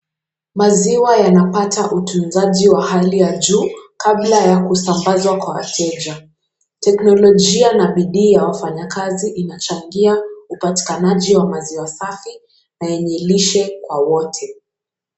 Maziwa yanapata utunzaji wa hali ya juu kabla ya kusafirishwa kwa wateja, teknolojia na bidii ya wafanyakazi wanajangia upatikanaji wa maziwa safi na yenye lishe kwa wote.